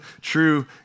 true